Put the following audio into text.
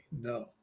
no